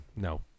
No